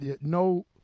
no